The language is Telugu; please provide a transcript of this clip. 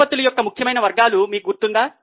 నిష్పత్తుల యొక్క ముఖ్యమైన వర్గాలు మీకు గుర్తుందా